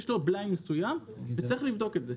יש לו בלאי מסוים וצריך לבדוק את זה.